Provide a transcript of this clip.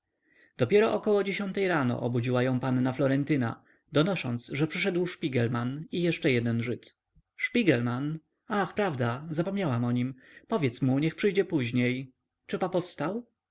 dopiero około dziesiątej rano obudziła ją panna florentyna donosząc że przyszedł szpigelman i jeszcze jeden żyd szpigelman ach prawda zapomniałam o nim powiedz mu niech przyjdzie później czy papo wstał